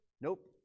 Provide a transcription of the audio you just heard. nope